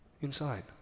inside